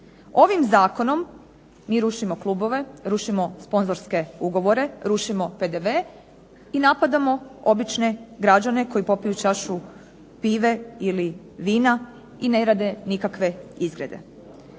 Ovim zakonom mi rušimo klubove, rušimo sponzorske ugovore, rušimo PDV i napadamo obične građane koji popiju čašu pive ili vina i ne rade nikakve izgrede.